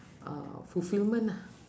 uh fulfilment ah